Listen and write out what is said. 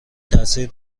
تاثیر